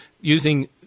using